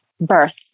birth